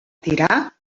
tirà